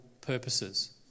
purposes